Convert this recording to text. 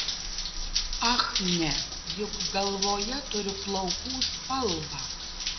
ach ne juk galvoje turiu plaukų spalvą